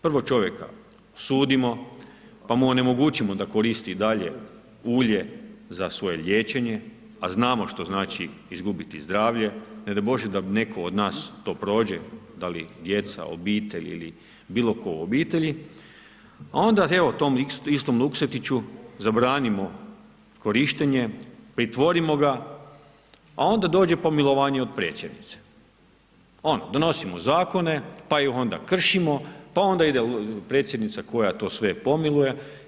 Prvo čovjeka sudimo, pa mu onemogućimo da koristi i dalje ulje za svoje liječenje, a znamo što znači izgubiti zdravlje, ne daj Bože da netko od nas to prođe, da li djeca, obitelj ili bilo tko u obitelji, a onda evo, tom istom Luksetiću, zabranimo korištenje, pritvorimo ga, a onda dođe pomilovanje od predsjednice, ono donosimo zakone, pa ih onda kršimo, pa onda ide predsjednica koja sve to pomiluje.